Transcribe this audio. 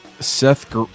Seth